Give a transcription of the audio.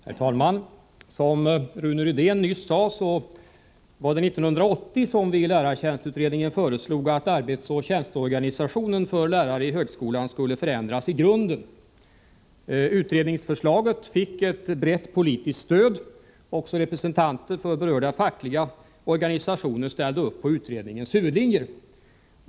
Herr talman! Som Rune Rydén nyss sade var det 1980 som vi i lärartjänstutredningen föreslog att arbetsoch tjänsteorganisationen för lärare i högskolan skulle förändras i grunden. Utredningsförslaget fick ett brett politiskt stöd. Också representanter för berörda fackliga organisationer ställde upp på utredningens huvudlinjer.